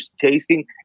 tasting